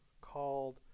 called